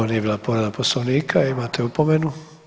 Ovo nije bila povreda Poslovnika, imate opomenu.